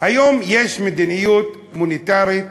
היום יש מדיניות מוניטרית